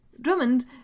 Drummond